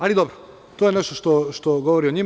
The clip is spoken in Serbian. Ali, dobro, to je nešto što govori o njima.